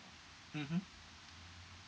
mmhmm